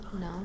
no